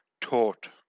taught